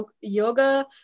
yoga